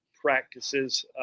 practices